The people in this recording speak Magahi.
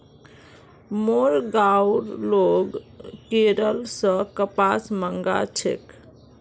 मोर गांउर लोग केरल स कपास मंगा छेक